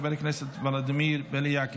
חבר הכנסת ולדימיר בליאק,